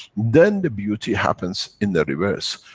then the beauty happens, in the reverse.